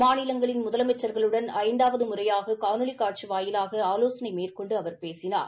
மாநிலங்களின் முதலமைச்சா்களுடன் ஐந்தாவது முறையாக காணொலி காட்சி வாயிலாக ஆலோசனை மேற்கொண்டு அவர் பேசினார்